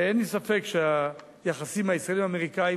ואין לי ספק שהיחסים הישראליים-האמריקניים